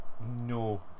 no